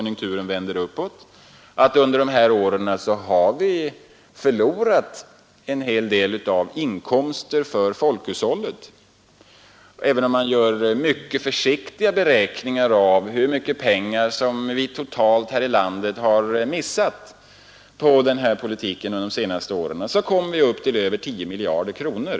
Under dessa år har vi dessutom förlorat en hel del inkomster för folkhushållet. Även en mycket försiktig beräkning av hur mycket pengar vi totalt förlorat på den politik som förts under de senaste åren visar att det är fråga om mer än tio miljarder kronor.